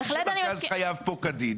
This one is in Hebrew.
מרכז חייו כאן כדין.